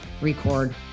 record